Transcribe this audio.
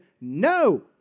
No